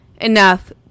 enough